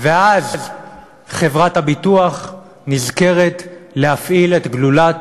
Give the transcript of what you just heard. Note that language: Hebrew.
ואז חברת הביטוח נזכרת להפעיל את גלולת